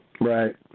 Right